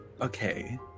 Okay